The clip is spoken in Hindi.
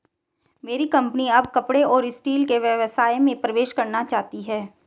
मेरी कंपनी अब कपड़े और स्टील के व्यवसाय में प्रवेश करना चाहती है